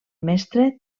mestre